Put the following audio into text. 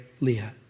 Leah